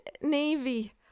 Navy